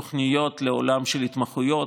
תוכניות לעולם של התמחויות,